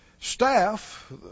staff